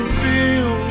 feel